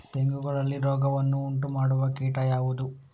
ತೆಂಗುಗಳಲ್ಲಿ ರೋಗವನ್ನು ಉಂಟುಮಾಡುವ ಕೀಟ ಯಾವುದು?